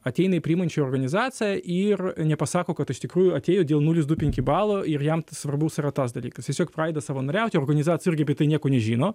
ateina į priimančią organizaciją ir nepasako kad iš tikrųjų atėjo dėl nulis du penki balo ir jam svarbus yra tas dalykas tiesiog pradeda savanoriauti organizacija irgi apie tai nieko nežino